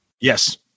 Yes